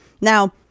Now